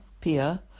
Pia